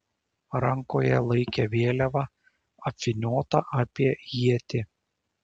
rankoje laikė vėliavą apvyniotą apie ietį